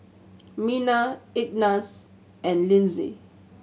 Mena Ignatz and Linzy